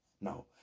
Now